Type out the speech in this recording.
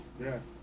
Yes